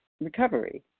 recovery